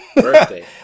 Birthday